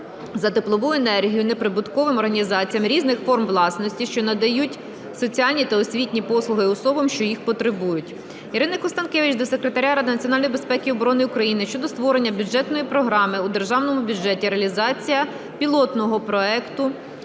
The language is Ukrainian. за теплову енергію неприбутковим організаціями різних форм власності, що надають соціальні та освітні послуги особам, що їх потребують. Ірини Констанкевич до Секретаря Ради національної безпеки і оборони України щодо створення бюджетної програми у державному бюджеті "Реалізація пілотного проєкту